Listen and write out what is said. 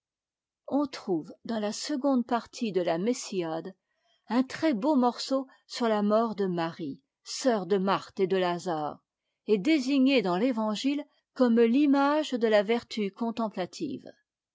on trouve dans la seconde partie de la messiade un très-beau morceau sur la mort de marie sœur de marthe et de lazare et désignée dans l'évangile comme l'image de la vertu contemplative